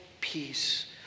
peace